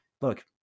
look